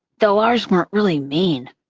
though ours weren't really mean.